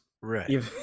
right